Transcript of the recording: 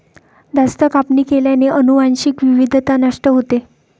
जास्त कापणी केल्याने अनुवांशिक विविधता नष्ट होते